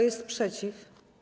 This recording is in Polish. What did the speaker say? jest przeciw?